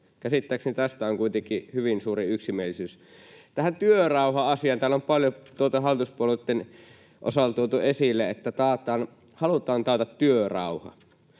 Käsittääkseni tästä on kuitenkin hyvin suuri yksimielisyys. Tähän työrauha-asiaan. Täällä on paljon hallituspuolueitten osalta tuotu esille, että halutaan taata työrauha,